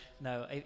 no